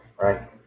right